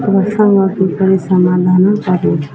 ପ୍ରସଙ୍ଗ କିପରି ସମାଧାନ କରୁ